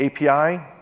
API